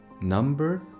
number